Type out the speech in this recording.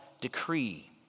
decree